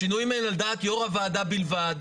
השינויים האלה על דעת יו"ר הוועדה בלבד,